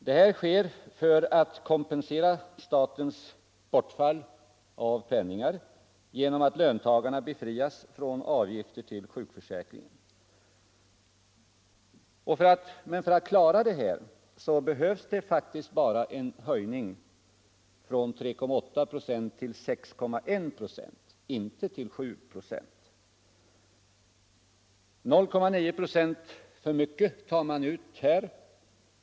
Detta sker för att kompensera statens bortfall av penningar då löntagarna befriats från avgifter till sjukförsäkringen. Men för att klara detta behövs det faktiskt bara en höjning från 3,8 procent till 6,1 procent, inte till 7 procent. 0,9 procent för mycket tar man ut.